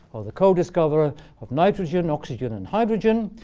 or the co-discoverer, of nitrogen, oxygen, and hydrogen.